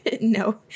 no